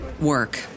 work